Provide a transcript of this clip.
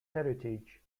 heritage